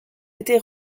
été